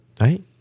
Right